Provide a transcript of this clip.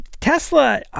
Tesla